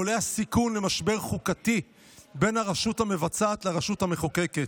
ועולה הסיכון למשבר חוקתי בין הרשות המבצעת לרשות המחוקקת.